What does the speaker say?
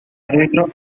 árbitro